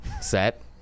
set